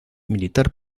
militar